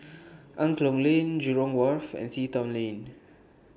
Angklong Lane Jurong Wharf and Sea Town Lane